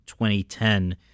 2010